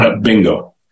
Bingo